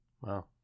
Wow